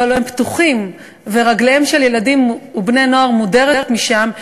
אבל הם פתוחים ורגליהם של ילדים ובני-נוער מודרות משם,